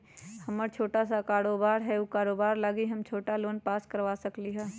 हमर छोटा सा कारोबार है उ कारोबार लागी हम छोटा लोन पास करवा सकली ह?